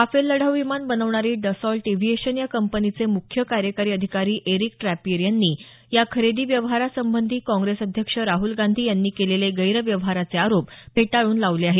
Rafale लढाऊ विमान बनवणारी डसॉल्ट एव्हिएशन या कंपनीचे मुख्य कार्यकारी अधिकारी एरिक ट्रपियर यांनी या खरेदी व्यवहारासंबंधी काँग्रेस अध्यक्ष राहल गांधी यांनी केलेले गैरव्यवहाराचे आरोप फेटाळून लावले आहेत